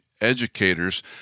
Educators